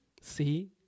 see